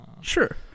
Sure